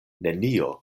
nenio